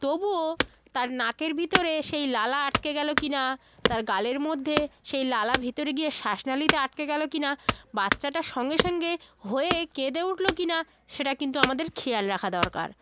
তবুও তার নাকের ভিতরে সেই লালা আটকে গেলো কি না তার গালের মধ্যে সেই লালা ভিতরে গিয়ে শ্বাসনালীতে আটকে গেলো কি না বাচ্চাটা সঙ্গে সঙ্গে হয়েই কেঁদে উঠল কি না সেটা কিন্তু আমাদের খেয়াল রাখা দরকার